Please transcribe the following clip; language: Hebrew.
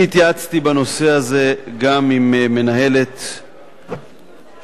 אני התייעצתי בנושא הזה גם עם מנהלת שפ"י,